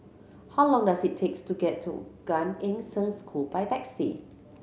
how long does it takes to get to Gan Eng Seng School by taxi